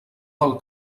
del